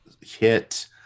hit